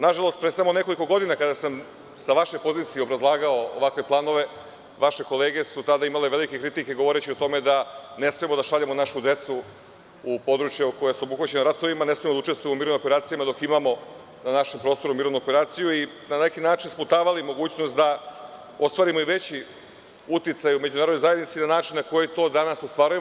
Nažalost, pre samo nekoliko godina, kada sam sa vaše pozicije obrazlagao ovakve planove, vaše kolege su tada imale velike kritike, govoreći o tome da ne smemo da šaljemo našu decu u područja koja su obuhvaćena ratovima, da ne smemo da učestvujemo u mirovnim operacijama jer na našem prostoru imamo mirovnu operaciju, i na neki način sputavali mogućnost da ostvarimo i veći uticaj u međunarodnoj zajednici na način na koji to danas ostvarujemo.